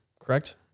correct